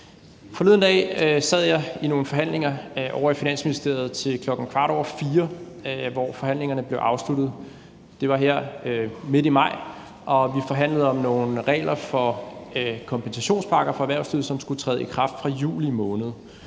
Forleden dag sad jeg i nogle forhandlinger ovre i Finansministeriet til kl. 4.15, hvor forhandlingerne blev afsluttet. Det var her midt i maj, og vi forhandlede om nogle regler for kompensationspakker for erhvervslivet, som skulle træde i kraft fra juli måned.